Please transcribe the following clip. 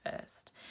first